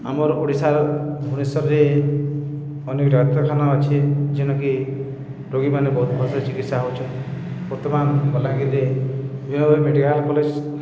ଆମର୍ ଓଡ଼ିଶାର୍ ଭୁନେଶ୍ୱର୍ରେ ଅନେକ୍ ଡାକ୍ତରଖାନା ଅଛେ ଯେନ୍ଟାକି ରୋଗୀମାନେ ବହୁତ୍ ଭଲ୍ସେ ଚିକିତ୍ସା ହଉଚନ୍ ବର୍ତ୍ତମାନ୍ ବଲାଙ୍ଗୀର୍ରେ ଭୀମ ଭୋଇ ମେଡ଼ିକାଲ୍ କଲେଜ୍